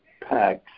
packs